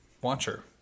watcher